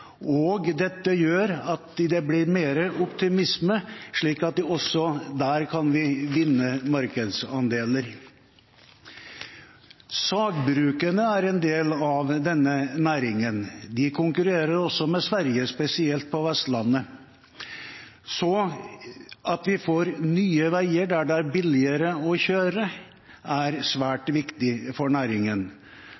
og dette gjør at det blir mer optimisme, slik at vi også der kan vinne markedsandeler. Sagbrukene er en del av denne næringen. De konkurrerer også med Sverige, spesielt på Vestlandet, så det at vi får nye veier der det er billigere å kjøre, er